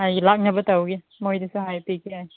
ꯍꯥꯏꯒꯦ ꯂꯥꯛꯅꯕ ꯇꯧꯒꯦ ꯃꯣꯏꯗꯁꯨ ꯍꯥꯏꯕꯤꯒꯦ